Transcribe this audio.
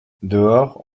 dehors